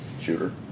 shooter